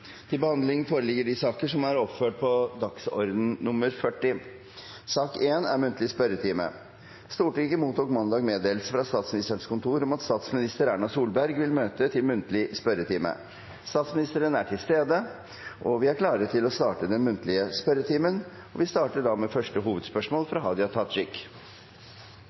Stortinget mottok mandag meddelelse fra Statsministerens kontor om at statsminister Erna Solberg vil møte til muntlig spørretime. Statsministeren er til stede, og vi er klare til å starte den muntlige spørretimen. Vi starter da med første hovedspørsmål, fra representanten Hadia Tajik.